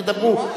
תדברו.